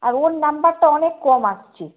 আর ওর নাম্বারটা অনেক কম আসছে